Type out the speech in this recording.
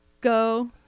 go